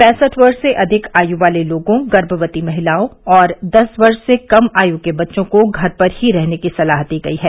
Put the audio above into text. पैंसठ वर्ष से अधिक आयु वाले लोगों गर्भवती महिलाओं और दस वर्ष से कम आयु के बच्चों को घर पर ही रहने की सलाह दी गयी है